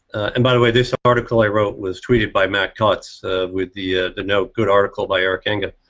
and by the way this article i wrote was tweeted by matt cutts with the the no good article by eric and